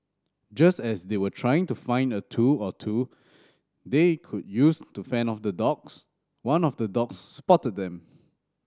just as they were trying to find a tool or two they could use to fend off the dogs one of the dogs spotted them